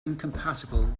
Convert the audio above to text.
incompatible